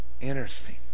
Interesting